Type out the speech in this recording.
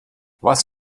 was